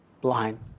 blind